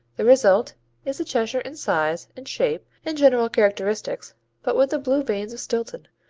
the result is the cheshire in size and shape and general characteristics but with the blue veins of stilton,